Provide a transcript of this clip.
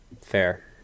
Fair